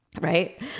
Right